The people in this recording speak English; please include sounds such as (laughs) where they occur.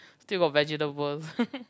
still got vegetables (laughs)